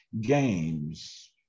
games